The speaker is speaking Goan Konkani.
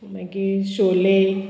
मागीर छोले